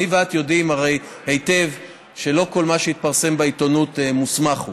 אני ואת הרי יודעים היטב שלא כל מה שמתפרסם בעיתונות מוסמך הוא.